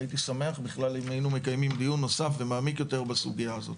והייתי שמח בכלל אם היינו מקיימים דיון נוסף ומעמיק יותר בסוגיה הזאת.